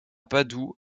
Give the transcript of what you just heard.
padoue